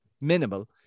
Minimal